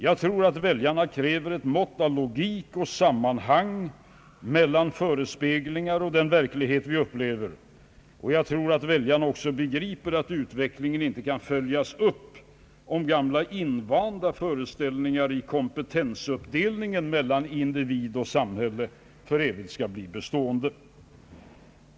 Jag tror att väljarna kräver ett mått av logik och sammanhang mellan förespeglingar och den verklighet vi upplever. Jag tror att väljarna också begriper att utvecklingen inte kan följas upp om gamla invanda föreställningar i kompetensuppdelningen mellan individ och samhälle för evigt skall bli bestående.